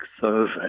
survey